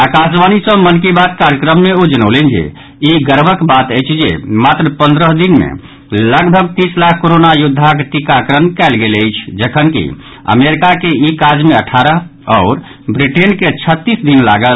आकाशवाणी सँ मन की बात कार्यक्रम मे ओ जनौलनि जे ई गर्वक बात अछि जे मात्र पन्द्रह दिन मे लगभग तीस लाख कोरोना योद्धाक टीकाकरण कयल गेल जखनकि अमेरिका के ई काज मे अठारह आओर ब्रिटेन के छत्तीस दिन लागल